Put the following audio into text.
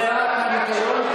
ועדת המדע.